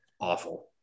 awful